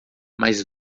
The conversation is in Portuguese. mas